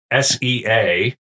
SEA